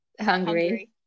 hungry